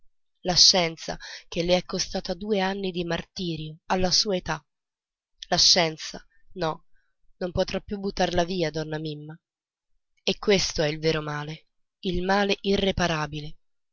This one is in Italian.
scienza che le è costata due anni di martirio alla sua età la scienza no non potrà più buttarla via donna mimma e questo è il vero male il male irreparabile